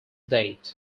date